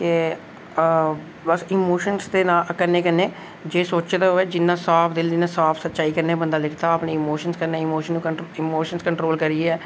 बस emotion दे कन्नै कन्नै जे सोचे दा होऐ जिन्ना साफ दिल जे चाही कन्नै बंदा लिखदा अपने इमोशन कन्नै इमोशन कंट्रोल करियै